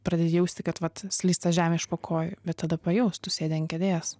pradedi jausti kad vat slysta žemė iš po kojų bet tada pajausk tu sėdi ant kėdės